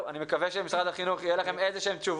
אני מקווה שלמשרד החינוך יהיו תשובות,